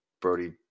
Brody